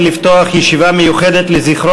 כבוד נשיא המדינה מר שמעון פרס, ראש